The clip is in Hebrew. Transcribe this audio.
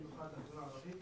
במיוחד בחברה הערבית